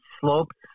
slopes